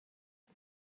est